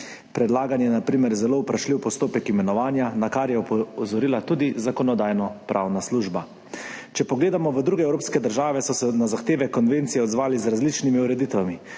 Predlagan je na primer zelo vprašljiv postopek imenovanja, na kar je opozorila tudi Zakonodajno-pravna služba. Če pogledamo v druge evropske države, so se na zahteve konvencije odzvale z različnimi ureditvami.